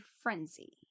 frenzy